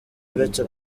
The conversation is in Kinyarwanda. uretse